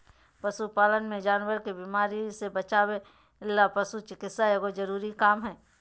पशु पालन मे जानवर के बीमारी से बचावय ले पशु चिकित्सा एगो जरूरी काम हय